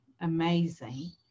amazing